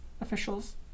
officials